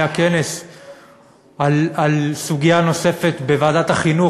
היה כנס על סוגיה נוספת בוועדת החינוך,